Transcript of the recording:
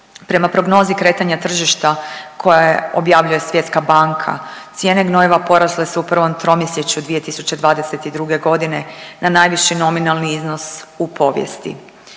Prema prognozi kretanja tržišta koje objavljuje Svjetska banka cijene gnojiva porasle su u prvom tromjesečju 2022. godine na najviši nominalni iznos u povijesti.